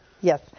Yes